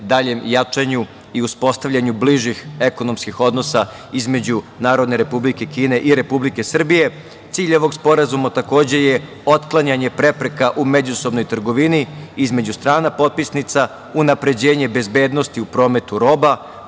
daljem jačanju i uspostavljanju bližih ekonomskih odnosa između Narodne Republike Kine i Republike Srbije. Cilj ovog sporazuma je otklanjanje prepreka u međusobnoj trgovini između strana potpisnica, unapređenje bezbednosti u prometu roba